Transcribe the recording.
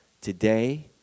today